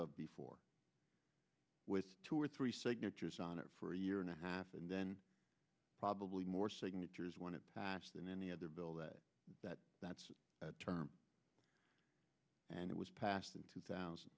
of before with two or three signatures on it for a year and a half and then probably more signatures when it passed than any other bill that that that's term and it was passed in two thousand